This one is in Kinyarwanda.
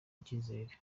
icyizere